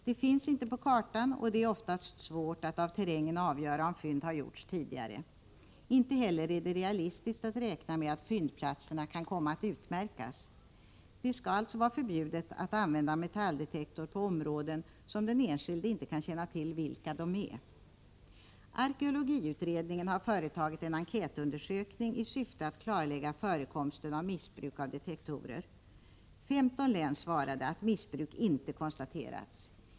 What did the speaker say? De finns inte utmärkta på kartan, och det är ofta svårt att av terrängen avgöra om fynd har gjorts tidigare. Inte heller är det realistiskt att räkna med att fyndplatserna kan komma att utmärkas. Det skall alltså vara förbjudet att använda metalldetektorer på områden som den enskilde inte kan känna till vilka de är. Arkeologiutredningen har företagit en enkätundersökning i syfte att klarlägga förekomsten av missbruk av detektorer. 15 län svarade att missbruk inte konstaterats.